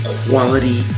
quality